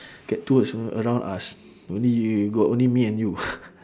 get two words a~ around us only you got only me and you